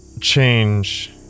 Change